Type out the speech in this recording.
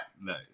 Nice